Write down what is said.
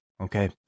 Okay